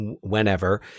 whenever